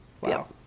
Wow